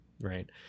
right